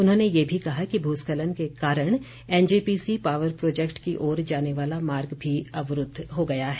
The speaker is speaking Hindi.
उन्होंने ये भी कहा कि भूस्खलन के कारण एनजेपीसी पावर प्रोजेक्ट की ओर जाने वाला मार्ग भी अवरूद्व हो गया है